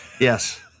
Yes